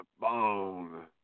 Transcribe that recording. bone